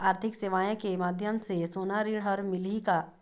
आरथिक सेवाएँ के माध्यम से सोना ऋण हर मिलही का?